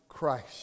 Christ